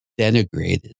denigrated